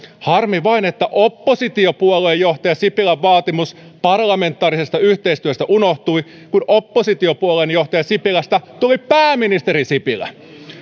harmi vain että oppositiopuolueen johtaja sipilän vaatimus parlamentaarisesta yhteistyöstä unohtui kun oppositiopuolueen johtaja sipilästä tuli pääministeri sipilä